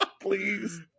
Please